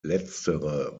letztere